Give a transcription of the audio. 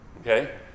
Okay